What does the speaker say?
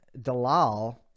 Dalal